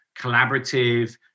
collaborative